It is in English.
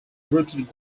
rooted